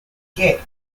get